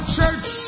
church